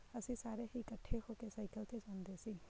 ਅਸੀਂ ਸਾਰੇ ਹੀ ਇਕੱਠੇ ਹੋ ਕੇ ਸਾਈਕਲ 'ਤੇ ਜਾਂਦੇ ਸੀ